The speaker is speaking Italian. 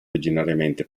originariamente